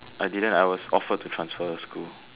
I didn't I was offered to transfer school